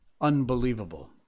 Unbelievable